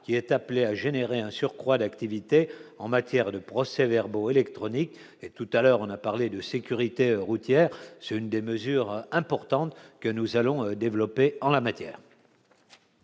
qui est appelé à générer un surcroît d'activité en matière de procès-verbaux électroniques et tout à l'heure, on a parlé de sécurité routière, c'est une des mesures importantes que nous allons développer en la matière.